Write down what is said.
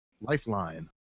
Lifeline